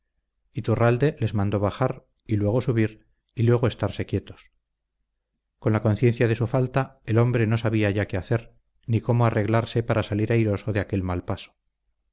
iturralde les mandó bajar y luego subir y luego estarse quietos con la conciencia de su falta el hombre no sabía ya qué hacer ni cómo arreglarse para salir airoso de aquel mal paso